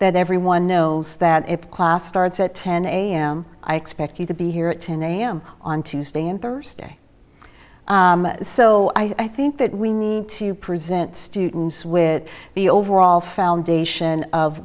that everyone knows that if the class starts at ten am i expect you to be here at ten am on tuesday and thursday so i think that we need to present students with the overall foundation of